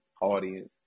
audience